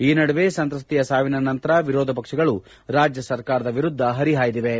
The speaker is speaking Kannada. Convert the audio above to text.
ಈ ನಡುವೆ ಸಂತ್ರಸ್ತೆಯ ಸಾವಿನ ನಂತರ ವಿರೋಧ ಪಕ್ಷಗಳು ರಾಜ್ಯ ಸರ್ಕಾರದ ವಿರುದ್ದ ಹರಿಹಾಯ್ದಿವೆ